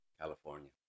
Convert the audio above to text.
California